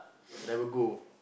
never go